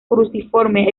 cruciforme